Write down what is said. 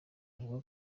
avuga